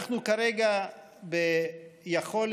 אנחנו כרגע עם יכולת,